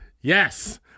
Yes